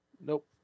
Nope